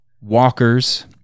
Walkers